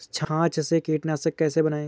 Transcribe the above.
छाछ से कीटनाशक कैसे बनाएँ?